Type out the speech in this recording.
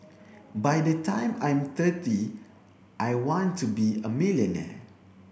by the time I'm thirty I want to be a millionaire